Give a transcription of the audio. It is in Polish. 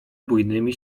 bujnymi